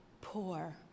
poor